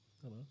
Hello